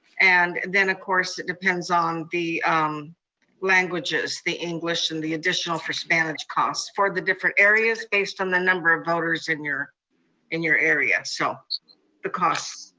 and then, of course, it depends on the um languages, the english and the additional for spanish cost. for the different areas, based on the number of voters in your in your area, so the cost.